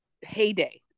heyday